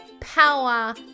power